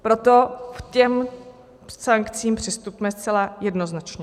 Proto k těm sankcím přistupme zcela jednoznačně.